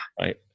right